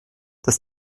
das